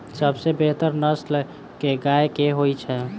सबसँ बेहतर नस्ल केँ गाय केँ होइ छै?